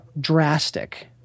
drastic